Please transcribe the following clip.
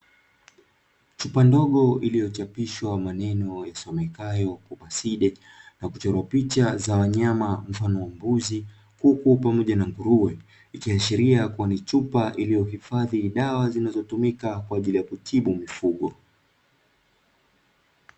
Chupa ndogo iliyochapishwa maneno yasomekayo "KUPACIDE" na kuchorwa picha za wanyama mfano wa mbuzi, kuku pamoja na nguruwe ikiashiria kuwa ni chupa iliyohifadhi dawa zilizotumika kwaajili ya kutibu mifugo.